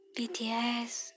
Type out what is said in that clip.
BTS